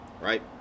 right